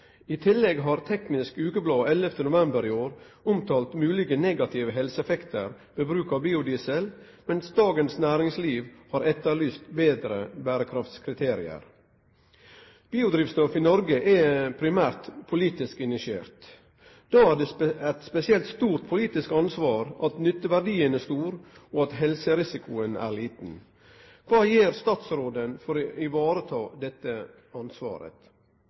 I tillegg har Teknisk Ukeblad 11. november i år omtalt mulige negative helseeffekter ved bruk av biodiesel, mens Dagens Næringsliv har etterlyst bedre bærekraftskriterier. Biodrivstoff i Norge er primært politisk initiert. Da er det et spesielt stort politisk ansvar at nytteverdien er stor og helserisikoen liten. Hva gjør statsråden for å ivareta dette ansvaret?»